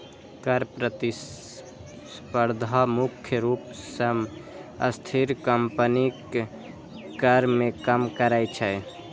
कर प्रतिस्पर्धा मुख्य रूप सं अस्थिर कंपनीक कर कें कम करै छै